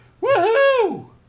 Woo-hoo